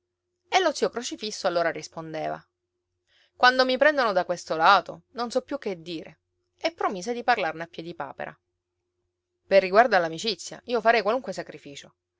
e lo zio crocifisso allora rispondeva quando mi prendono da questo lato non so più che dire e promise di parlarne a piedipapera per riguardo all'amicizia io farei qualunque sacrificio